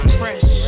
fresh